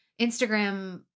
Instagram